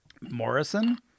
Morrison